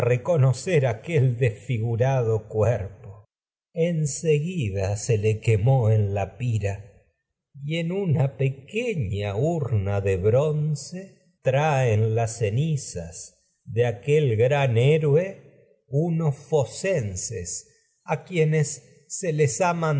podía aquel desfigurado cuerpo seguida de se le quemó en la pira y en una pequeña traen urna bronce a las cenizas de aquel se gran héroe que unos focenses quienes en les ha